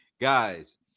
Guys